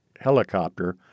helicopter